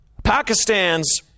Pakistan's